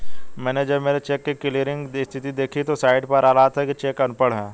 मैनें जब मेरे चेक की क्लियरिंग स्थिति देखी तो साइट पर आ रहा था कि चेक अनपढ़ है